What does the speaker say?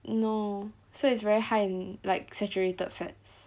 no so it's very high in like saturated fats